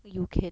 you can